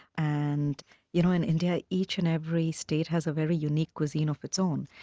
and you know in india each and every state has a very unique cuisine of its own,